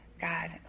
God